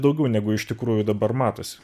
daugiau negu iš tikrųjų dabar matosi